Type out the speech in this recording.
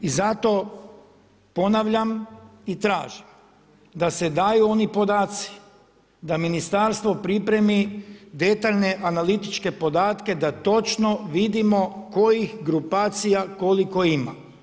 I zato ponavljam i tražim da se daju oni podaci da Ministarstvo pripremi detaljne analitičke podatke da točno vidimo kojih grupacija koliko ima.